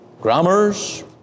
grammars